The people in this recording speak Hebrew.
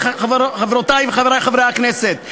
חברותי וחברי חברי הכנסת,